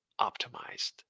optimized